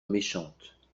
méchante